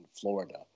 Florida